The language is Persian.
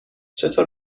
چطور